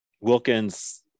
Wilkins